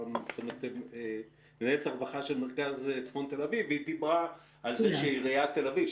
מנהלת הרווחה של מרכז צפון תל אביב והיא דיברה על כך שעיריית תל אביב,